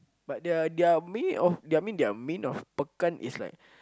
but the their meaning of I mean their meaning of pekan is like